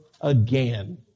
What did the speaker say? again